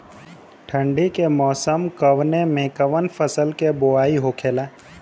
ठंडी के मौसम कवने मेंकवन फसल के बोवाई होखेला?